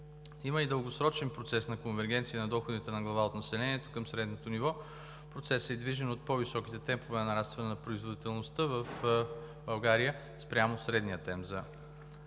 Има и дългосрочен процес на конвергенция на доходите на глава от населението към средното ниво. Процесът е движен от по високите темпове на нарастване на производителността в България спрямо средния темп за